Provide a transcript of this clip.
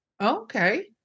Okay